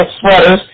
sweaters